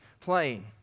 playing